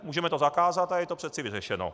Můžeme to zakázat, a je to přece vyřešeno.